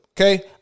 Okay